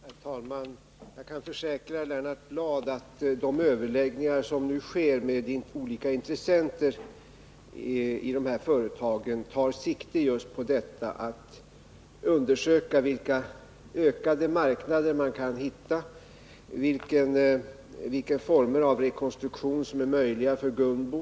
Herr talman! Jag kan försäkra Lennart Bladh att de överläggningar som nu pågår med olika intressenter i dessa företag tar sikte på en undersökning av vilka ytterligare marknader man kan hitta och vilka former av rekonstruktion som är möjliga för Gunbo.